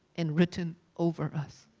and written over us.